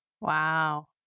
Wow